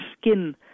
skin